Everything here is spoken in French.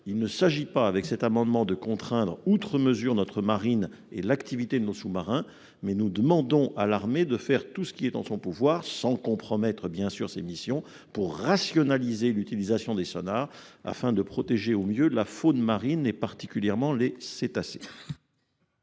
Il ne s'agit pas, avec cet amendement, de contraindre outre mesure notre marine et l'activité de nos sous-marins, mais nous demandons à l'armée de faire tout ce qui est en son pouvoir, sans, bien sûr, compromettre ses missions, pour rationaliser l'utilisation des sonars, afin de protéger au mieux la faune marine, et particulièrement les cétacés.